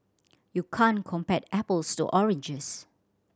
you can't compare apples to oranges